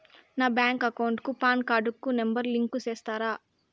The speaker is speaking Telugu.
నా బ్యాంకు అకౌంట్ కు పాన్ కార్డు నెంబర్ ను లింకు సేస్తారా?